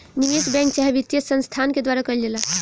निवेश बैंक चाहे वित्तीय संस्थान के द्वारा कईल जाला